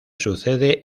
sucede